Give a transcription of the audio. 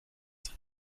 sind